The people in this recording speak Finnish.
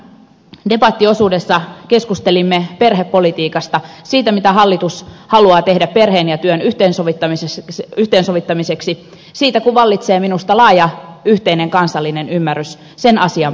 jo aiemmin tänään debattiosuudessa keskustelimme perhepolitiikasta siitä mitä hallitus haluaa tehdä perheen ja työn yhteensovittamiseksi siitä kun vallitsee minusta laaja yhteinen kansallinen ymmärrys sen asian parantamisesta